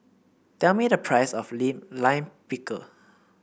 tell me the price of Lime Pickle